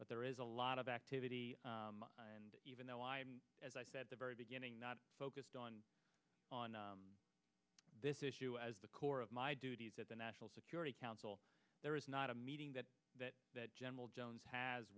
but there is a lot of activity and even though i'm as i said the very beginning not focused on on this issue as the core of my duties at the national security council there is not a meeting that that that general jones has